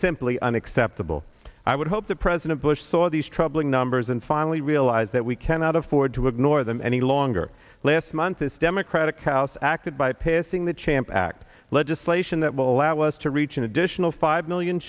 simply unacceptable i would hope that president bush saw these troubling numbers and finally realize that we cannot afford to ignore them any longer last month this democratic house acted by passing the champ act legislation that will allow us to reach an additional five million